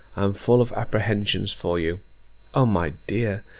am full of apprehensions for you o my dear,